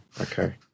Okay